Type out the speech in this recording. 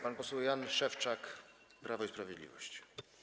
Pan poseł Jan Szewczak, Prawo i Sprawiedliwość.